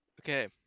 Okay